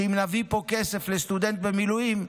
שאם נביא פה לכסף לסטודנט במילואים,